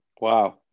Wow